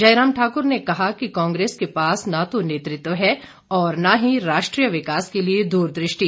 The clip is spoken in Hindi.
जयराम ठाकुर ने कहा कि कांग्रेस के पास न तो नेतृत्व है और न ही राष्ट्रीय विकास के लिए दूरदृष्टि